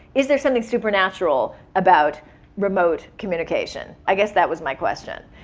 is there something supernatural about remote communication? i guess that was my question,